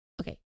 okay